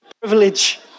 Privilege